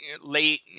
late